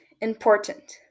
important